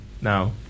now